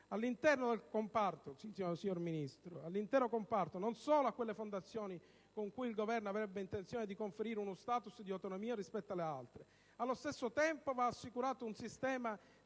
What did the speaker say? signor Ministro, non solo a quelle fondazioni cui il Governo avrebbe intenzione di conferire uno *status* di autonomia rispetto alle altre. Allo stesso tempo va assicurato un sistema di